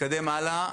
נתקדם הלאה.